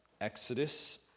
Exodus